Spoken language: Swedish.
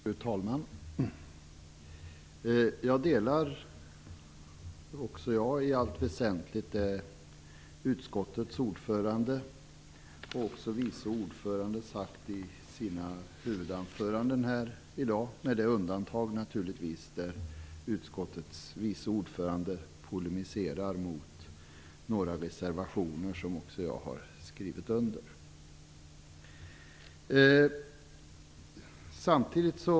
Fru talman! Även jag delar i allt väsentligt vad utskottets ordförande och vice ordförande sagt i sina huvudanföranden här i dag - naturligtvis med undantag av där utskottets vice ordförande polemiserar mot några reservationer som också jag har skrivit under.